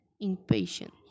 impatient